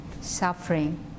suffering